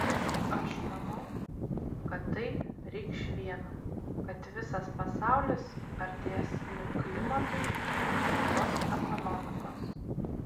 aš manau kad tai reikš viena kad visas pasaulis artės link klimatui neutralios ekonomikos